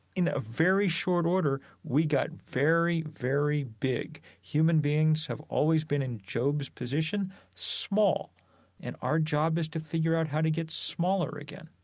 in a very short order we got very, very big. human beings have always been in job's position small and our job is to figure out how to get smaller again.